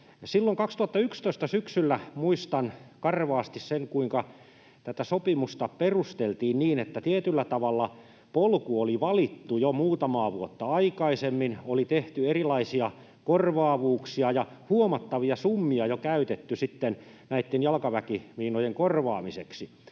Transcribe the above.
syksyllä 2011 tätä sopimusta perusteltiin niin, että tietyllä tavalla polku oli valittu jo muutamaa vuotta aikaisemmin, oli tehty erilaisia korvaavuuksia ja huomattavia summia oli jo käytetty näitten jalkaväkimiinojen korvaamiseksi.